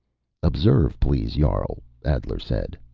observe please, jarl, adler said.